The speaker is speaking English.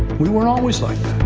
we weren't always like